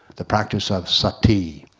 the practice of sati.